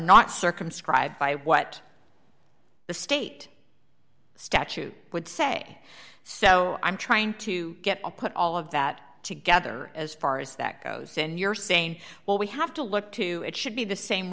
not circumscribed by what the state the statute would say so i'm trying to get a put all of that together as far as that goes and you're saying well we have to look to it should be the same